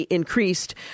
increased